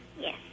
Yes